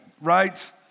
right